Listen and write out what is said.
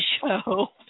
show